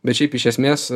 bet šiaip iš esmės